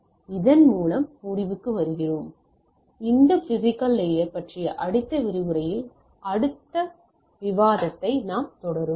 இதன் மூலம் முடிவுக்கு வருவோம் இந்த பிஸிக்கல் லேயர் பற்றிய அடுத்த விரிவுரையில் அடுத்த விவாதத்தைத் தொடருவோம்